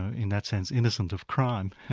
in that sense, innocent of crime,